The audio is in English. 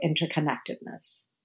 interconnectedness